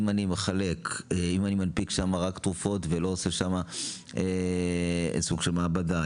אני מנפיק שם רק תרופות ולא עושה שם סוג של מעבדה,